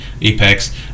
apex